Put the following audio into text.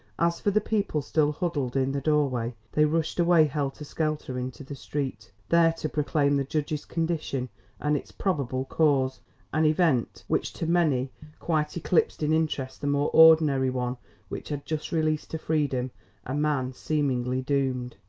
as for the people still huddled in the doorway, they rushed away helter-skelter into the street, there to proclaim the judge's condition and its probable cause an event which to many quite eclipsed in interest the more ordinary one which had just released to freedom a man seemingly doomed.